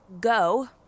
go